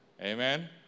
Amen